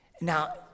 Now